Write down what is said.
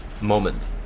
moment